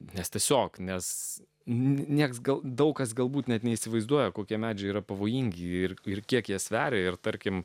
nes tiesiog nes niekas gal daug kas galbūt net neįsivaizduoja kokie medžiai yra pavojingi ir kiek jie sveria ir tarkim